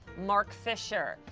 mark fisher,